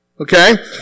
Okay